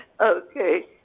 Okay